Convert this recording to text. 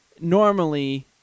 normally